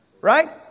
right